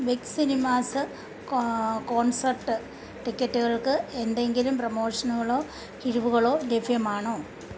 big cinemas concert ടിക്കറ്റുകൾക്ക് എന്തെങ്കിലും പ്രമോഷനുകളോ കിഴിവുകളോ ലഭ്യമാണോ